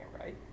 right